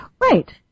Right